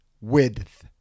width